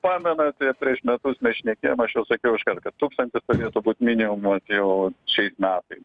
pamenate prieš metus mes šnekėjom aš jau sakiau iškart kad tūkstantis turėtų būt minimumas jau šiais metais